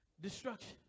destruction